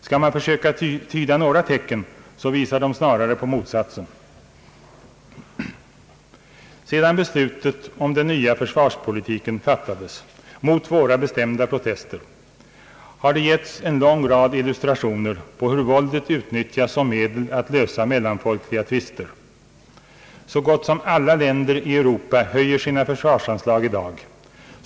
Skall man försöka tyda några tecken, visar de snarare på motsatsen. Sedan beslutet om den nya försvarspolitiken fattades — mot våra bestämda protester — har det getts en lång rad illustrationer på hur våldet utnyttjas som medel att lösa mellanfolkliga tvister. Så gott som alla länder i Europa höjer sina försvarsanslag i dag.